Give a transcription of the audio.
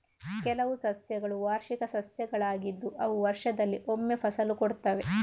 ಕೆಲವು ಸಸ್ಯಗಳು ವಾರ್ಷಿಕ ಸಸ್ಯಗಳಾಗಿದ್ದು ಅವು ವರ್ಷದಲ್ಲಿ ಒಮ್ಮೆ ಫಸಲು ಕೊಡ್ತವೆ